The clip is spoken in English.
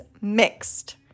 mixed